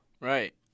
Right